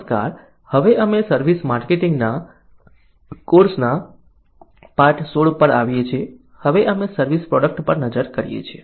નમસ્કાર હવે અમે સર્વિસ માર્કેટિંગના કોર્સના પાઠ 16 પર આવીએ છીએ હવે અમે સર્વિસ પ્રોડક્ટ પર નજર કરીએ છીએ